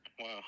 Wow